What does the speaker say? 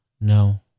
no